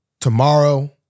tomorrow